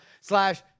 slash